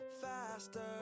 faster